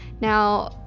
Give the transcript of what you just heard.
now,